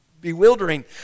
bewildering